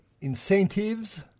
incentives